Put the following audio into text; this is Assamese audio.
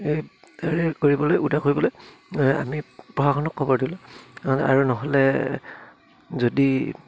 এই কৰিবলৈ উদ্ধাৰ কৰিবলৈ আমি প্ৰশাসনক খবৰ দিলোঁ কাৰণ আৰু নহ'লে যদি